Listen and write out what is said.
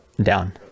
down